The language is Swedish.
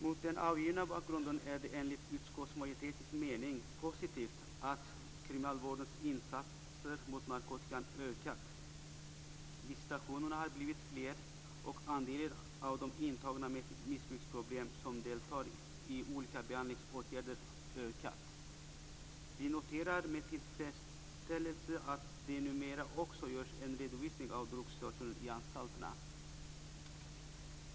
Mot den angivna bakgrunden är det enligt utskottsmajoritetens mening positivt att kriminalvårdens insatser mot narkotikan ökat; visitationerna har blivit fler, och andelen av de intagna med missbruksproblem som deltar i olika behandlingsåtgärder har ökat. Vi noterar med tillfredsställelse att det numera också görs en redovisning av drogsituationen i anstalterna.